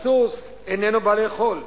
הסוס איננו בא לאכול,